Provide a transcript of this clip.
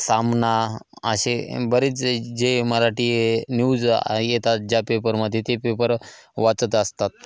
सामना असे बरेच जे मराठी न्यूज या येतात ज्या पेपरमध्ये ते पेपर वाचत असतात